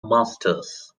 masters